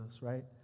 right